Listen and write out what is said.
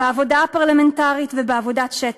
בעבודה הפרלמנטרית ובעבודת שטח,